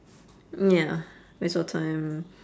ya waste of time